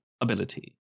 ability